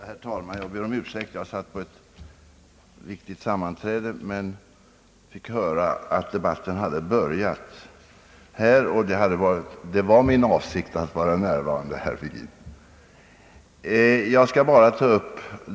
Herr talman! Jag ber om ursäkt! Jag satt på ett viktigt sammanträde då jag fick höra att debatten i denna fråga redan inletts i kammaren. Det var alltså min avsikt att vara med från början, herr Virgin.